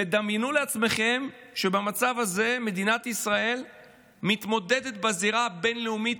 ודמיינו לעצמכם שבמצב הזה מדינת ישראל מתמודדת בזירה הבין-לאומית